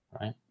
right